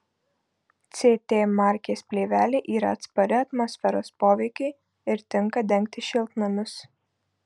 ct markės plėvelė yra atspari atmosferos poveikiui ir tinka dengti šiltnamius